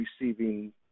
receiving